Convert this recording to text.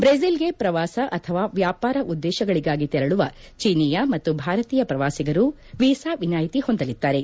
ಬ್ರೆಜಿಲ್ಗೆ ಪ್ರವಾಸ ಅಥವಾ ವ್ಯಾಪಾರ ಉದ್ದೇಶಗಳಿಗಾಗಿ ತೆರಳುವ ಚೀನೀಯ ಮತ್ತು ಭಾರತೀಯ ಪ್ರವಾಸಿಗರು ವೀಸಾ ವಿನಾಯಿತಿ ಹೊಂದಲಿದ್ದಾರೆ